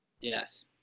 Yes